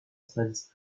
studies